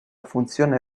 funzione